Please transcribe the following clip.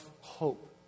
hope